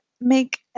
make